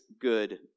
good